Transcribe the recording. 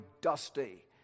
dusty